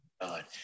God